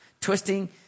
twisting